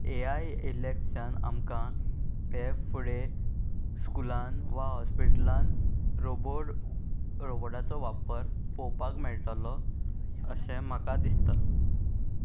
ए I एलॅक्सान आमकां हे फुडें स्कुलान वा हॉस्पिटलान रोबोट रोबोटाचो वापर पळोवपाक मेळटलो अशें म्हाका दिसता